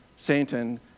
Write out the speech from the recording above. Satan